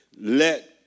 let